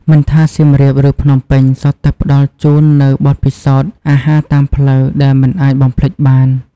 មិនថាសៀមរាប ឬភ្នំពេញ សុទ្ធផ្តល់ជូននូវបទពិសោធន៍អាហារតាមផ្លូវដែលមិនអាចបំភ្លេចបាន។